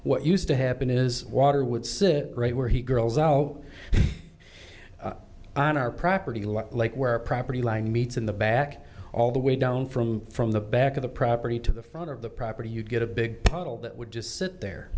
what used to happen is water would sit right where he girls out on our property lot like where our property line meets in the back all the way down from from the back of the property to the fire of the property you'd get a big puddle that would just sit there